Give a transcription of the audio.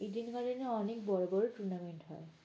Eden গার্ডেনে অনেক বড় বড় টুর্নামেন্ট হয়